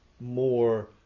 more